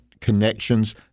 connections